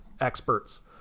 experts